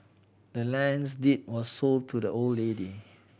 the land's deed was sold to the old lady